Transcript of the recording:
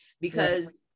because-